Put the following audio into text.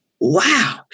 Wow